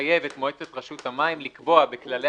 יחייב את מועצת רשות המים לקבוע בכללי